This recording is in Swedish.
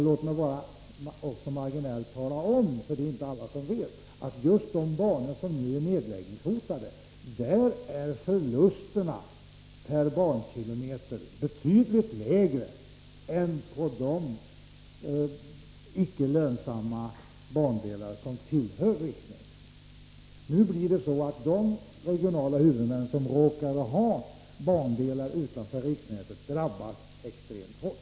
Låt mig bara också marginellt tala om — alla vet nämligen inte detta — att förlusterna per bankilometer på just de banor som nu är nedläggningshotade är betydligt lägre än på de icke lönsamma bandelar som tillhör riksnätet. Nu blir det så att de regionala huvudmän som råkar ha bandelar utanför riksnätet drabbas extremt hårt.